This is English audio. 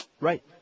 Right